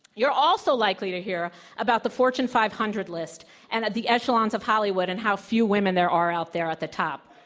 you're also likely to hear about the fortune five hundred list and at the echelons of hollywood and how few women there are out there at the top.